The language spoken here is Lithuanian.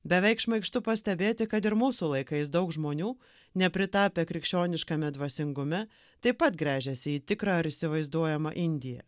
beveik šmaikštu pastebėti kad ir mūsų laikais daug žmonių nepritapę krikščioniškame dvasingume taip pat gręžiasi į tikrą ar įsivaizduojamą indiją